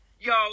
Yo